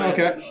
Okay